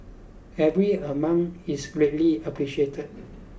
every amount is greatly appreciated